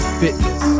fitness